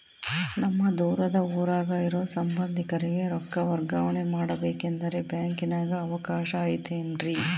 ನಮ್ಮ ದೂರದ ಊರಾಗ ಇರೋ ಸಂಬಂಧಿಕರಿಗೆ ರೊಕ್ಕ ವರ್ಗಾವಣೆ ಮಾಡಬೇಕೆಂದರೆ ಬ್ಯಾಂಕಿನಾಗೆ ಅವಕಾಶ ಐತೇನ್ರಿ?